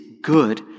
good